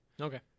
Okay